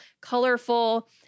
colorful